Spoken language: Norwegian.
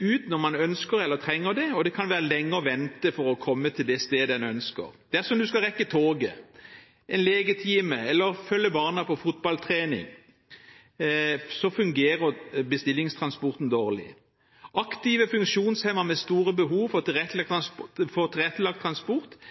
ut når man ønsker eller trenger det, og det kan være lenge å vente for å komme til det stedet en ønsker. Dersom du skal rekke toget, en legetime eller følge barna på fotballtrening, fungerer bestillingstransporten dårlig. Aktive funksjonshemmede med store behov for tilrettelagt transport er avhengig av nettopp den samme fleksibiliteten som alle andre for